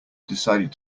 decided